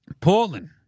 Portland